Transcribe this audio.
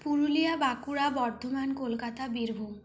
Purulia Bankura Bardhaman Kolkata Birbhum